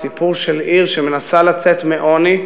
סיפור של עיר שמנסה לצאת מעוני,